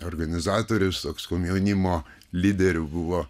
organizatorius toks komjaunimo lyderiu buvo